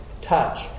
touch